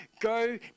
go